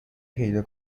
پیدا